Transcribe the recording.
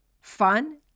fun